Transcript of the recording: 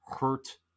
hurt